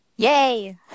Yay